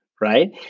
right